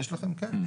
כן.